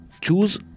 choose